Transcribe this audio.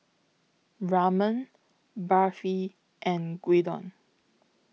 Ramen Barfi and Gyudon